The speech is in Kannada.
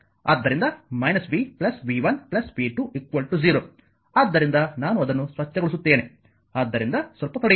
ಆದ್ದರಿಂದ v v 1 v 20 ಆದ್ದರಿಂದ ನಾನು ಅದನ್ನು ಸ್ವಚ್ಛಗೊಳಿಸುತ್ತೇನೆ ಆದ್ದರಿಂದ ಸ್ವಲ್ಪ ತಡೆಯಿರಿ